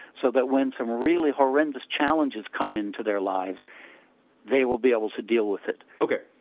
so that when some really horrendous challenges come into their lives they will be able to deal with it okay,